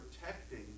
protecting